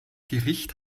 gericht